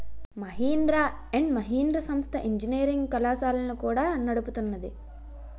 Mahindra and Mahindra సంస్థ engineering కళాశాలలను కూడా నడుపుతున్నాది